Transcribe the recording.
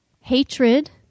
hatred